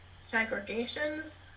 segregations